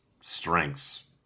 strengths